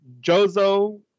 jozo